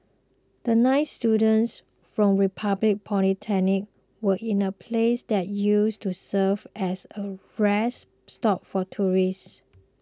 the nine students from Republic Polytechnic were in a place that used to serve as a rest stop for tourists